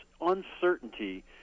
uncertainty